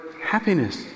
happiness